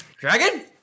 Dragon